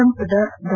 ಸಂಸದ ಡಾ